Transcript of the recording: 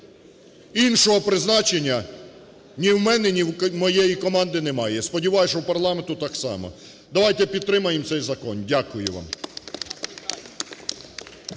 іншого призначення ні в мене, ні у моєї команди немає, сподіваюся, що у парламенту так само. Давайте підтримаємо цей закон. Дякую вам.